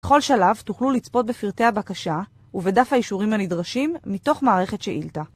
בכל שלב תוכלו לצפות בפרטי הבקשה ובדף האישורים הנדרשים מתוך מערכת שאילתא.